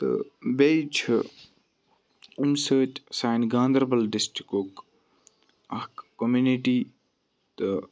تہٕ بیٚیہِ چھُ امہِ سۭتۍ سانہِ گاندَربَل ڈِسٹرکُک اَکھ کوٚمنٹی تہٕ